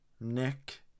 Nick